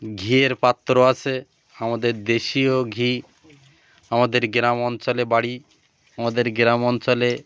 ঘিয়ের পাত্র আসে আমাদের দেশীয়ও ঘি আমাদের গ্রাম অঞ্চলে বাড়ি আমাদের গ্রাম অঞ্চলে